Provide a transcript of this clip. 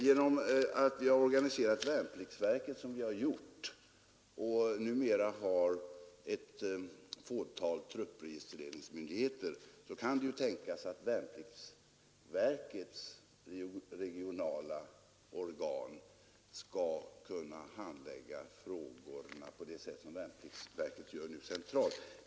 Genom att vi har organiserat värnpliktsverket som vi har gjort och numera har ett fåtal truppregistreringsmyndigheter, kan det ju tänkas att värnpliktsverkets regionala organ skall kunna handlägga frågorna på det sätt som värnpliktsverket nu gör centralt.